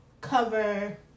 cover